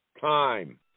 time